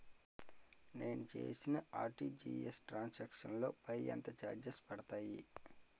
నేను చేసిన RTGS transaction లో పై ఎంత చార్జెస్ పడతాయి?